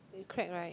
crack right